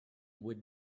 would